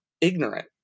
ignorant